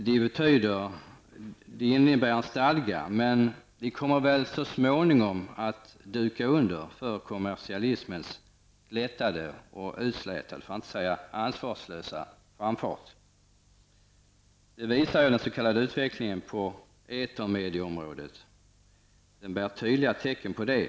Det innebär en stadga. Men de kommer väl så småningom att duka under inför kommersialismens glättade och utslätande, för att inte säga ansvarslösa, framfart. Det visar den s.k. utvecklingen på etermedieområdet. Det finns tydliga tecken på detta.